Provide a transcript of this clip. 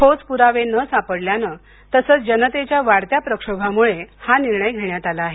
ठोस पुरावे न सापडल्याने तसंच जनतेच्या वाढत्या प्रक्षोभामुळे हा निर्णय घेण्यात आला आहे